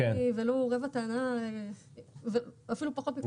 אין ולו רבע טענה ואפילו פחות מכך.